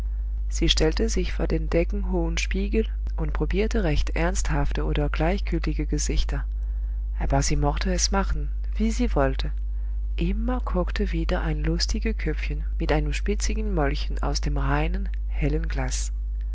sie stellte sich vor den deckenhohen spiegel und probierte recht ernsthafte oder gleichgültige gesichter aber sie mochte es machen wie sie wollte immer guckte wieder ein lustige köpfchen mit einem spitzigen mäulchen aus dem reinen hellen glas